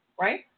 Right